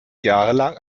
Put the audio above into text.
jahrelang